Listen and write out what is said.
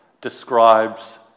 describes